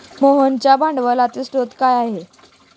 मोहनच्या भांडवलाचे स्रोत काय आहे?